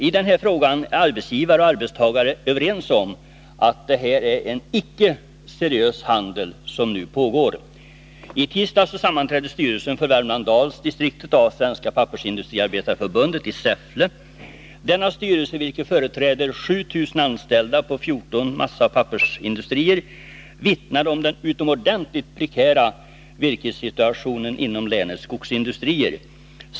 I denna fråga är arbetsgivare och arbetstagare överens om att det är en icke seriös handel som nu pågår. I tisdags sammanträdde styrelsen för Värmlands-Dals distrikt av Svenska pappersindustriarbetareförbundet i Säffle. Denna styrelse, vilken företräder 7000 anställda på 14 massaoch pappersindustrier, vittnade om den utomordentligt prekära virkessituationen inom länets skogsindustrier.